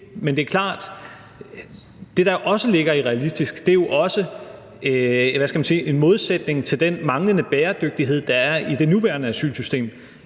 Men det er klart, at det, der også ligger i ordet realistisk, jo er, hvad skal man sige, en modsætning til den manglende bæredygtighed, der er i det nuværende asylsystem.